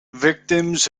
victims